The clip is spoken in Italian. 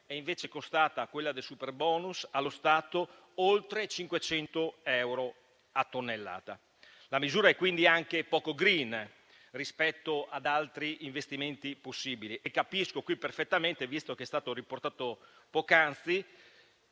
invece, è costata allo Stato oltre 500 euro a tonnellata. La misura è quindi anche poco *green* rispetto ad altri investimenti possibili e capisco qui perfettamente, visto che è stato riportato poc'anzi,